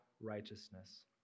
righteousness